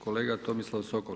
Kolega Tomislav Sokol.